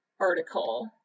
article